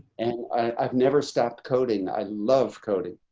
and i've never stopped coding. i love coding.